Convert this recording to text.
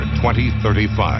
2035